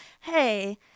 hey